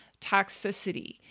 toxicity